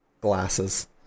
glasses